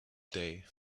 day